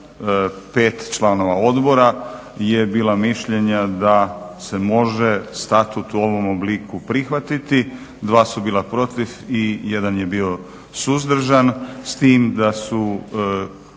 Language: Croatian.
pet članova odbora je bila mišljenja da se može statut u ovom obliku prihvatiti, dva su bila protiv i jedan ej bio suzdržan s tim da su